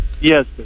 Yes